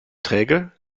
träge